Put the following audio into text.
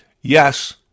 yes